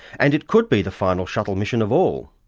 and it could be the final shuttle mission of all.